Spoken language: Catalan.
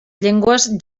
llengües